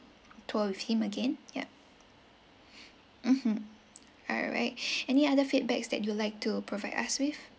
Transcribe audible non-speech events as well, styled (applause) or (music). tour with him again yup mmhmm all right (breath) any other feedbacks that you'd like to provide us with